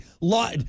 Law